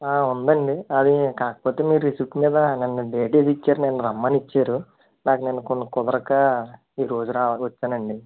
ఉందండి అది కాకపోతే మీరు రిసీప్ట్ మీద నిన్న డేట్ వేసి ఇచ్చారు నిన్న రమ్మని ఇచ్చారు నాకు నిన్న కొన్ని కుదరక ఈరోజు వచ్చాను అండి